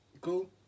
Cool